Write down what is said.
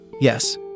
Yes